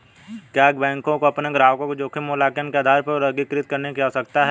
क्या बैंकों को अपने ग्राहकों को जोखिम मूल्यांकन के आधार पर वर्गीकृत करने की आवश्यकता है?